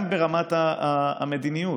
גם ברמת המדיניות,